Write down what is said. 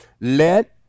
let